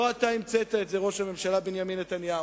לא אתה המצאת את זה, ראש הממשלה, בנימין נתניהו.